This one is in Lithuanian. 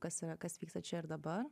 kas yra kas vyksta čia ir dabar